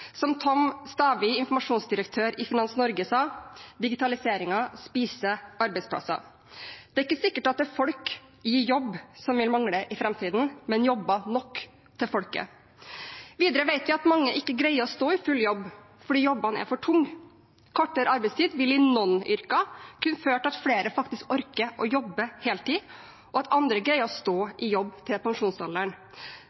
Som informasjonsdirektør Tom Staavi i Finans Norge sa: Digitaliseringen spiser arbeidsplasser. Det er ikke sikkert at det er folk i jobb som vil mangle i framtiden, men jobber nok til folket. Videre vet vi at mange ikke greier å stå i full jobb fordi jobbene er for tunge. Kortere arbeidstid vil i noen yrker kunne føre til at flere faktisk orker å jobbe heltid, og at andre greier å stå